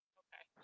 okay